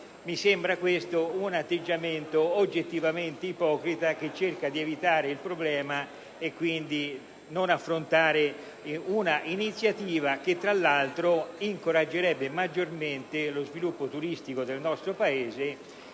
Mi sembra questo un atteggiamento oggettivamente ipocrita che cerca di evitare il problema non affrontando una iniziativa che, tra l'altro, incoraggerebbe maggiormente lo sviluppo turistico del nostro Paese,